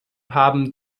haben